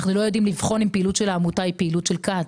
אנחנו לא יודעים לבחון אם פעילות של העמותה היא פעילות של כת.